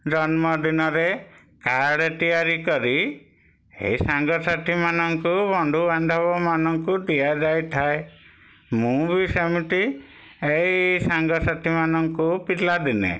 ଜନ୍ମଦିନରେ କାର୍ଡ଼େ ତିଆରି କରି ଏଇ ସାଙ୍ଗ ସାଥୀ ମାନଙ୍କୁ ବନ୍ଧୁ ବାନ୍ଧବ ମାନଙ୍କୁ ଦିଆଯାଇଥାଏ ମୁଁ ବି ସେମିତି ଏଇ ସାଙ୍ଗ ସାଥୀ ମାନଙ୍କୁ ପିଲା ଦିନେ